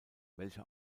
welche